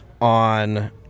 on